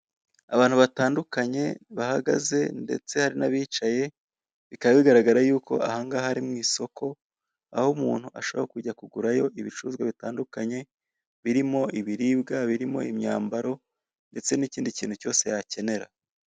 Abantu batandukanye bahagaze ndetse hari nabicaye bikaba bigaragara Yuko ahangaha ari mu isoko Aho umuntu ashobora kujya kugurayo ibicuruzwa bitandukanye birimo ibiribwa birimo imyambaro ndetse Nikindi kintu cyose yakenera.